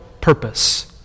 purpose